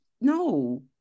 no